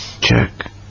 check